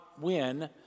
win